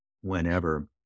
whenever